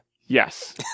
Yes